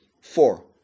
Four